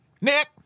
Nick